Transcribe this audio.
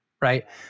right